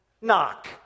knock